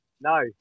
No